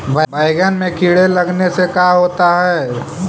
बैंगन में कीड़े लगने से का होता है?